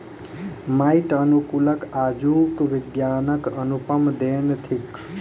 माइट अनुकूलक आजुक विज्ञानक अनुपम देन थिक